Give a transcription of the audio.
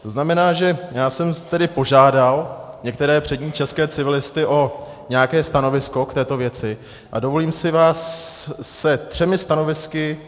To znamená, že já jsem tedy požádal některé přední české civilisty o nějaké stanovisko k této věci a dovolím si vás seznámit se třemi stanovisky.